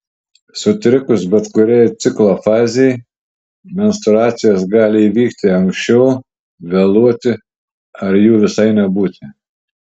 sutrikus bet kuriai ciklo fazei menstruacijos gali įvykti anksčiau vėluoti ar jų visai nebūti